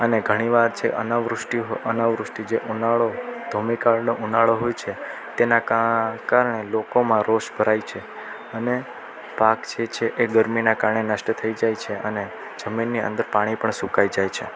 અને ઘણી વાર જે અનાવૃષ્ટિ જે ઉનાળો ધોમી કાળનો ઉનાળો હોય છે તેના કારણે લોકોમાં રોષ ભરાઈ છે અને પાક છે છે એ ગરમીનાં કારણે નષ્ટ થઈ જાય છે અને જમીનની અંદર પાણી પણ સુકાઈ જાય છે